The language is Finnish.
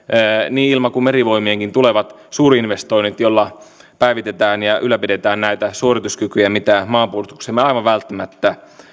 niin ilma kuin merivoimienkin tulevat suurinvestoinnit joilla päivitetään ja ylläpidetään näitä suorituskykyjä mitä maanpuolustuksemme aivan välttämättä